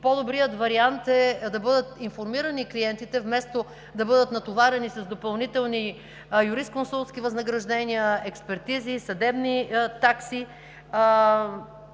по-добрият вариант е да бъдат информирани клиентите, вместо да бъдат натоварени с допълнителни юрисконсултски възнаграждения, експертизи, съдебни такси.